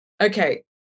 Okay